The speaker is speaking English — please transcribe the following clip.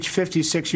56